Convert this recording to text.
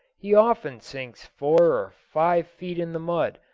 he often sinks four or five feet in the mud,